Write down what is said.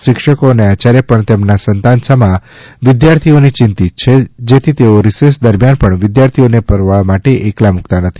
શિક્ષકો અને આચાર્ય પણ તેમના સંતાનસમા વિદ્યાર્થીઓથી ચિંતીત છે જેથી તેઓ રિસેસ દરમિયાન પણ વિદ્યાર્થીઓને પળવાર માટે એકલા મુક્તા નથી